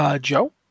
Joe